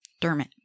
Dermot